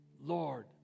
Lord